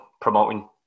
promoting